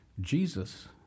Jesus